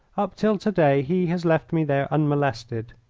up till to-day he has left me there unmolested.